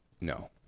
No